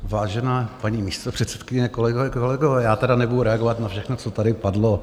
Vážená paní místopředsedkyně, kolegyně, kolegové, já tedy nebudu reagovat na všechno, co tady padlo.